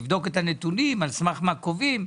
לבדוק את הנתונים על סמך מה קובעים.